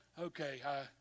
Okay